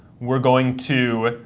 we're going to